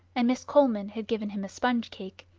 and miss coleman had given him a sponge-cake,